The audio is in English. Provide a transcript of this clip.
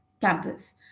campus